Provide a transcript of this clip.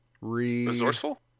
Resourceful